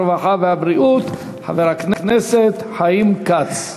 הרווחה והבריאות חבר הכנסת חיים כץ.